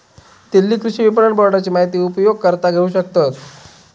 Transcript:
दिल्ली कृषि विपणन बोर्डाची माहिती उपयोगकर्ता घेऊ शकतत